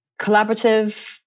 collaborative